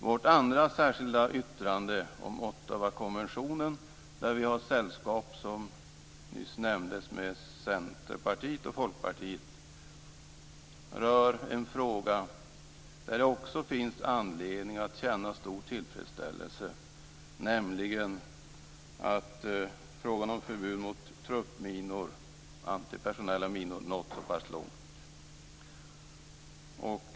Vårt andra särskilda yttrande om Ottawakonventionen, där vi som nyss nämndes har sällskap med Centerpartiet och Folkpartiet, rör en fråga där det också finns anledning att känna stor tillfredsställelse, nämligen frågan om förbud mot truppminor och antipersonella minor som nått så pass långt.